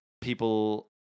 people